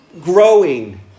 growing